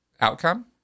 outcome